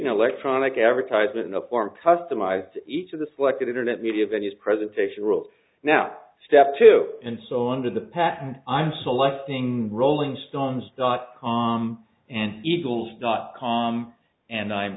an electronic advertisement in the form customized to each of the selected internet media venues presentation rules now step two and so on to the path i'm celeste ing rolling stones dot com and eagles dot com and i'm